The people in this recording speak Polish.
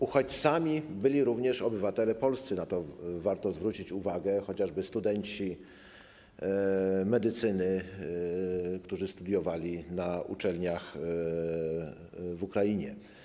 Uchodźcami byli również obywatele polscy, na to warto zwrócić uwagę, chociażby studenci medycyny, którzy studiowali na uczelniach w Ukrainie.